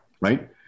right